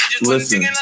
Listen